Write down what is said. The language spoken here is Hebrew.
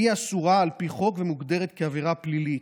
והיא אסורה על פי חוק ומוגדרת כעבירה פלילית.